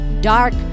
dark